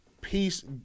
peace